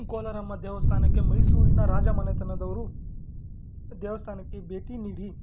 ಕೋಲಾರಮ್ಮ ದೇವಸ್ಥಾನಕ್ಕೆ ಮೈಸೂರಿನ ರಾಜಮನೆತನದವರು ದೇವಸ್ಥಾನಕ್ಕೆ ಭೇಟಿ ನೀಡಿ